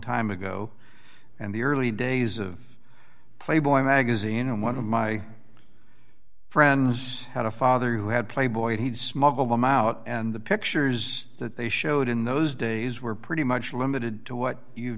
time ago and the early days of playboy magazine and one of my friends had a father who had playboy he'd smuggle them out and the pictures that they showed in those days were pretty much limited to what you